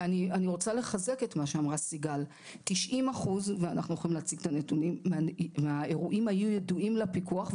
ואני רוצה לחזק את מה שאמרה סיגל: 90 אחוז מהאירועים היו ידועים לפיקוח,